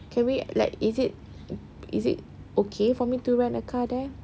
can we like is it is it okay for me to rent a car there